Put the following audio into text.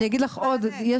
אני אגיד לך עוד משהו,